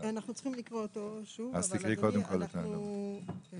לקרוא אותו שוב, אבל